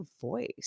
voice